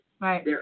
Right